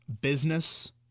business